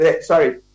sorry